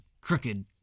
crooked